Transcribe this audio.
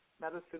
medicine